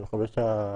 אני פונה לוועדה,